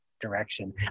direction